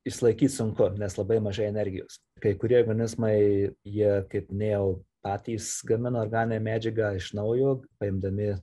išsilaikyt sunku nes labai mažai energijos kai kurie organizmai jie kaip minėjau patys gamina organinę medžiagą iš naujo paimdami